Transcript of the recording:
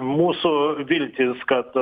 mūsų viltys kad